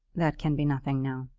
that can be nothing now.